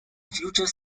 future